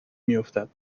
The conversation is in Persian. میافتد